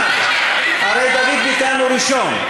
הרי דוד ביטן הוא ראשון.